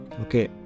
Okay